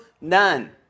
None